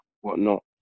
whatnot